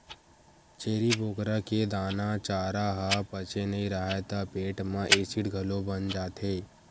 छेरी बोकरा के दाना, चारा ह पचे नइ राहय त पेट म एसिड घलो बन जाथे